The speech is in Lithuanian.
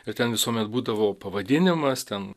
ir ten visuomet būdavo pavadinimas ten